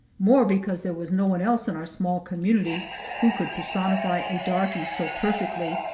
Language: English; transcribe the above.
more because there was no one else in our small community who could personify a darky so perfectly,